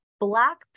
Black